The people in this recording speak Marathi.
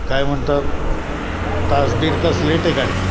काय म्हणता तास दीड तास लेट आहे गाडी